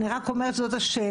אני רק אומרת שזאת השאלה,